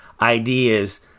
ideas